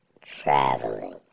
traveling